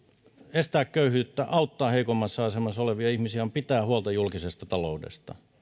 estää köyhyyttä auttaa heikommassa asemassa olevia ihmisiä on pitää huolta julkisesta taloudesta